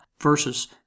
versus